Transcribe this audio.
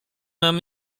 mam